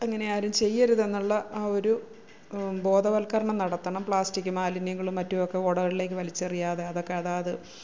അങ്ങനെയാരും ചെയ്യരുതെന്നുള്ള ആ ഒരു ബോധവത്ക്കരണം നടത്തണം പ്ലാസ്റ്റിക് മാലിന്യങ്ങളും മറ്റുമൊക്കെ ഓടകളിലേക്കു വലിച്ചറിയാതെ അതൊക്കെ അതായത്